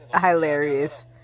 hilarious